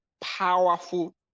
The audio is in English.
powerful